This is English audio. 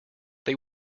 they